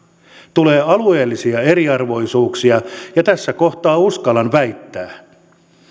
tulee alueellisia eriarvoisuuksia ja tässä kohtaa uskallan väittää